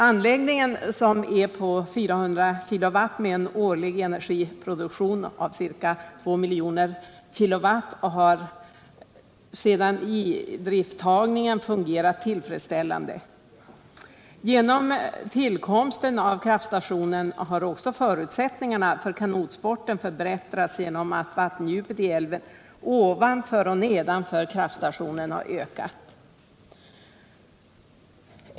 Anläggningen, som är på 400 kW med en årlig energiproduktion av ca 2 milj. kWh, har sedan idrifttagningen fungerat tillfredsställande. Efter tillkomsten av kraftstationen har också förutsättningarna för kanotsporten förbättrats genom att vattendjupet i älven ovanför och nedanför kraftstationen har ökat.